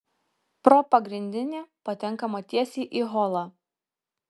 pro pagrindinį patenkama tiesiai į holą